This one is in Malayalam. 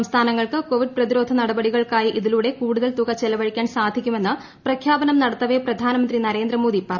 സംസ്ഥാനങ്ങൾക്ക് കോവിഡ് പ്രതിരോധ ന്ട്പടികൾക്കായി ഇതിലൂടെ കൂടു തൽ തുക ചെലവഴിക്കാൻ സാധിക്കുമെന്ന് പ്രഖ്യാപനം നടത്തവെ പ്രധാനമൃന്ത് നരേന്ദ്രമോദി പറഞ്ഞു